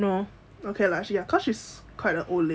okay lah cause she's quite an old lady also